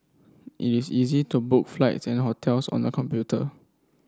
it is easy to book flights and hotels on the computer